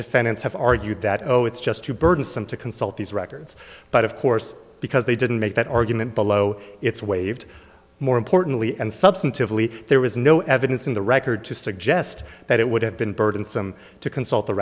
defendants have argued that oh it's just too burdensome to consult these records but of course because they didn't make that argument below it's waived more importantly and substantively there was no evidence in the record to suggest that it would have been burdensome to consult the